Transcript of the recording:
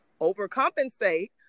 overcompensate